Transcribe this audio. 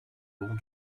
bancs